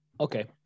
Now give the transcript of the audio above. Okay